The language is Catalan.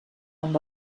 amb